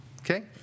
okay